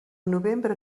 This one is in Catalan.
novembre